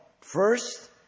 First